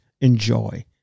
enjoy